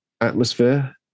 atmosphere